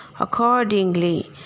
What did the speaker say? Accordingly